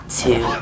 two